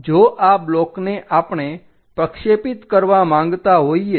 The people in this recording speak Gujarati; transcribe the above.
જો આ બ્લોકને આપણે પ્રક્ષેપિત કરવા માંગતા હોઈએ